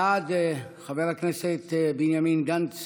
בעד חבר הכנסת בנימין גנץ